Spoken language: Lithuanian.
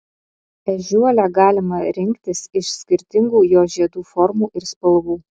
ežiuolę galima rinktis iš skirtingų jos žiedų formų ir spalvų